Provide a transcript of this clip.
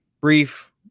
brief